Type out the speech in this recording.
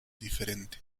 diferente